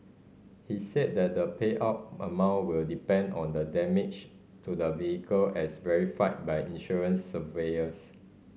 he said that the payout amount will depend on the damage to the vehicle as verified by insurance surveyors